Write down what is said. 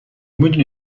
میدونی